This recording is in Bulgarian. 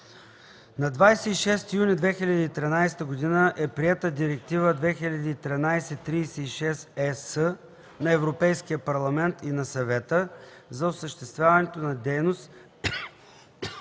На 26 юни 2013 г. е приета Директива 2013/36/ЕС на Европейския парламент и на Съвета за осъществяването на дейност